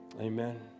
amen